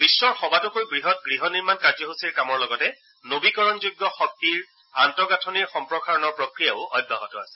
বিধৰ সবাতোকৈ বৃহৎ গৃহ নিৰ্মাণ কাৰ্যসূচীৰ কামৰ লগতে নবীকৰণযোগ্য শক্তিৰ আন্তঃগাঁথনিৰ সম্প্ৰসাৰণৰ প্ৰক্ৰিয়াও অব্যাহত আছে